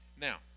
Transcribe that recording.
Now